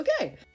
okay